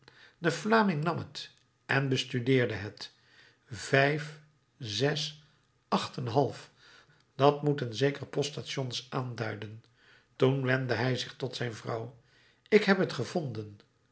de vlaming nam het en bestudeerde het vijf zes acht en een half dat moeten zeker poststations aanduiden toen wendde hij zich tot zijn vrouw ik heb t gevonden